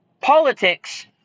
politics